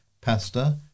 pasta